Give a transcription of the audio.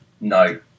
No